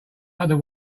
other